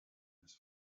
his